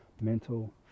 mental